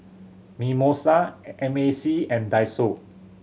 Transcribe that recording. Mimosa M A C and Daiso